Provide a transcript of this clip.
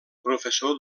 professor